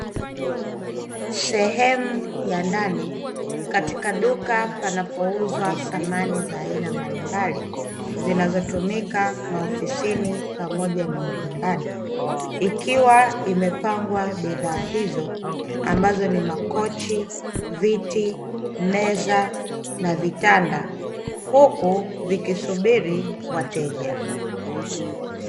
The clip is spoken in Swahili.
Sehemu ya ndani katika duka panapouzwa samani za aina mbalimbali, zinazotumika maofisini pamoja na majumbani, ikiwa imepangwa bidhaa hizo ambazo ni makochi, viti, meza na vitanda, huku vikisubiri wateja.